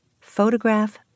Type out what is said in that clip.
Photograph